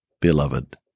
beloved